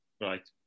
Right